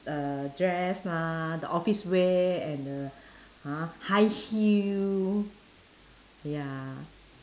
uh dress lah the office wear and the ha high heel ya